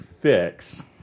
fix